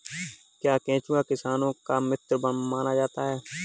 क्या केंचुआ किसानों का मित्र माना जाता है?